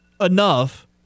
enough